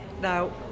Now